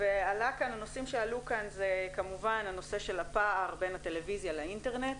הנושאים שעלו כאן הם כמובן הנושא של הפער בין הטלויזיה לאינטרנט.